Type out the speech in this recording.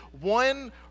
one